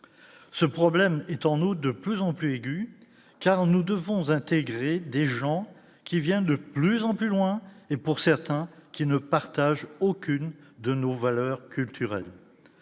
ce problème est en haut, de plus en plus aiguë, car nous devons intégrer des gens qui viennent de plus en plus loin et, pour certains qui ne partagent aucune de nos valeurs culturelles